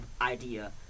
idea